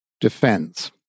defense